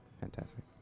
fantastic